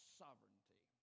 sovereignty